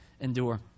endure